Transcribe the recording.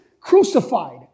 crucified